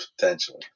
Potentially